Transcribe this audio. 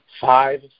five